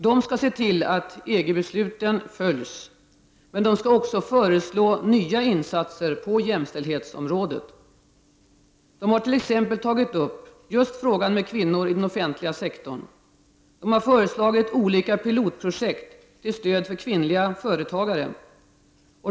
De skall se till att EG-besluten följs, men de skall också föreslå nya insatser på jämställdhetsområdet. De har t.ex. tagit upp just frågan med kvinnor i den offentliga sektorn. De har föreslagit olika pilotprojekt till stöd för kvinnliga företagare.